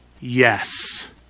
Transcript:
Yes